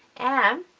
and